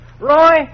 Roy